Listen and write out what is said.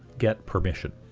get permission.